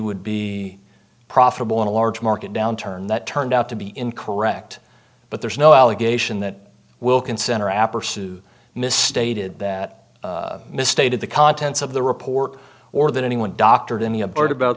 would be profitable in a large market downturn that turned out to be incorrect but there's no allegation that wilkinson or rapper sue misstated that misstated the contents of the report or that anyone doctored any a bird about